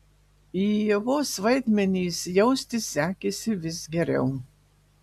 į ievos vaidmenį įsijausti sekėsi vis geriau